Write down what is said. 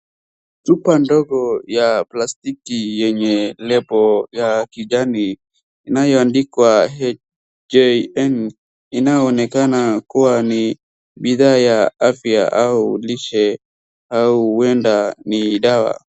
Chupa ndogo ya plastiki yenye label ya kijani, inayoandikwa HJN, inayoonekana kuwa ni bidhaa ya afya au lishe, au huenda ni dawa.